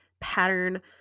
pattern